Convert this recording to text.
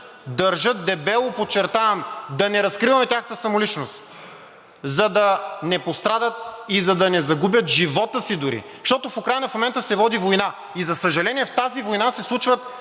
държат, дебело подчертавам, да не разкриваме тяхната самоличност, за да не пострадат и за да не загубят живота си дори, защото в Украйна в момента се води война и за съжаление, в тази война се случват